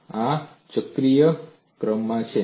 અને આ પણ ચક્રીય ક્રમમાં છે